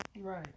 right